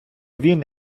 він